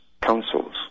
councils